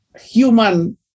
human